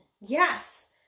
Yes